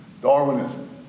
Darwinism